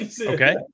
Okay